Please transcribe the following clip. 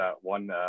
one